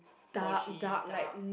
dodgy dark